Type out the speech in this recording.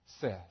says